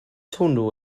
hwnnw